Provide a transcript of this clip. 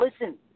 listen